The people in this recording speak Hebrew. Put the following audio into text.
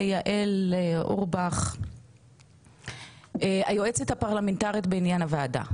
ויעל אורבך היועצת הפרלמנטרית בעניין הוועדה.